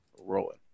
rolling